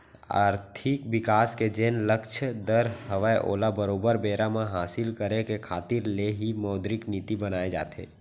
आरथिक बिकास के जेन लक्छ दर हवय ओला बरोबर बेरा म हासिल करे के खातिर ले ही मौद्रिक नीति बनाए जाथे